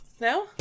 No